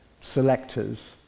selectors